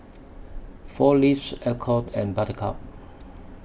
four Leaves Alcott and Buttercup